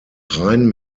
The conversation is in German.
rein